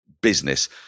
business